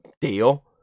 deal